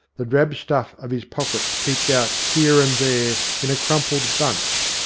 the drab stuff of his pockets peeped out here and there in a crumpled bunch,